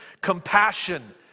compassion